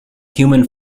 human